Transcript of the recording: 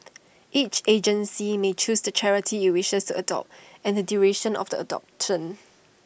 each agency may choose the charity IT wishes to adopt and the duration of the adoption